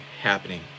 happening